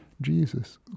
Jesus